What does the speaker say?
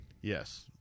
Yes